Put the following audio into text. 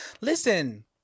Listen